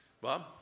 Bob